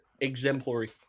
exemplary